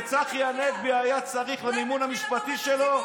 כשצחי הנגבי היה צריך למימון המשפטי שלו,